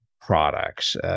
products